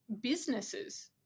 businesses